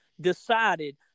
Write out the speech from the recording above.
decided